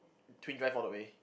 twin drive all the way